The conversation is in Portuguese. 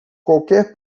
qualquer